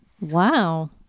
Wow